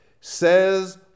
Says